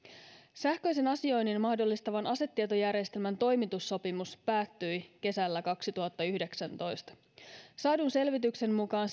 sähköisen asioinnin mahdollistavan asetietojärjestelmän toimitussopimus päättyi kesällä kaksituhattayhdeksäntoista saadun selvityksen mukaan